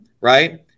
right